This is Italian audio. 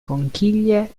conchiglie